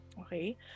okay